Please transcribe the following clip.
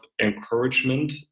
encouragement